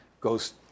goes